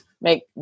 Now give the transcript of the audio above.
make